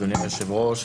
אדוני היושב-ראש,